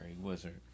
Wizard